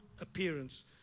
appearance